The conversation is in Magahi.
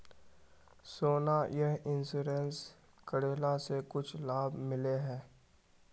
सोना यह इंश्योरेंस करेला से कुछ लाभ मिले है?